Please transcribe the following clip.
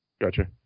gotcha